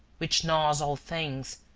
which gnaws all things,